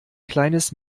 kleines